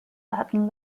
latin